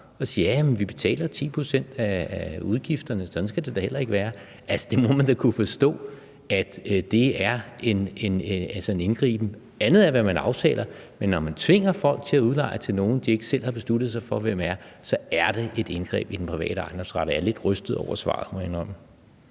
sagt: Jamen vi betaler 10 pct. af udgifterne, sådan skal det da heller ikke være? Altså, det må man da kunne forstå er en indgriben. Noget andet er, hvad man aftaler, men når man tvinger folk til at udleje til nogen, de ikke selv har besluttet sig for hvem er, så er det et indgreb i den private ejendomsret, og jeg er lidt rystet over svaret,